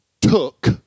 took